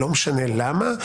ולא משנה למה,